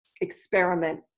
experiment